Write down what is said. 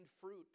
fruit